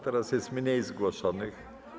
Teraz jest mniej zgłoszonych.